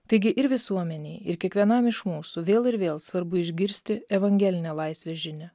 taigi ir visuomenei ir kiekvienam iš mūsų vėl ir vėl svarbu išgirsti evangelinę laisvės žinią